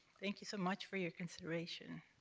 thank you so much for your consideration.